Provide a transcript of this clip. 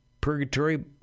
purgatory